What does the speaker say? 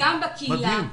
גם בקהילה,